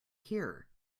hear